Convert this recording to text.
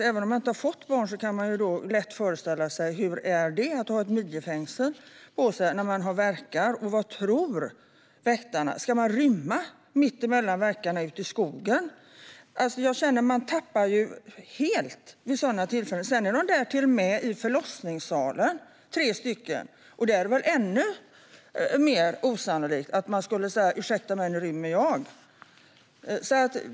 Även om man inte har fött barn kan man lätt föreställa sig hur det är att ha ett midjefängsel på sig när man har värkar. Vad tror väktarna? Ska hon rymma ut i skogen mellan värkarna? Jag känner att man helt tappar det vid sådana tillfällen. Sedan är dessa tre till och med med inne i förlossningssalen. Där är det väl ännu mer osannolikt att någon skulle säga ursäkta, nu rymmer jag!